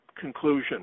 conclusion